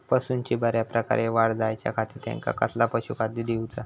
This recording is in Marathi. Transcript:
पशूंची बऱ्या प्रकारे वाढ जायच्या खाती त्यांका कसला पशुखाद्य दिऊचा?